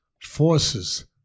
forces